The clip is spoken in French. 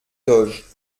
doge